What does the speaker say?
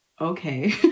okay